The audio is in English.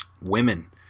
women